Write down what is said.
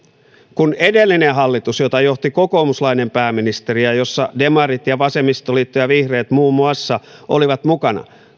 kun edellinen hallitus jota johti kokoomuslainen pääministeri ja jossa demarit ja vasemmistoliitto ja vihreät muun muassa olivat mukana